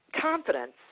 confidence